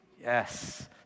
Yes